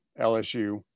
LSU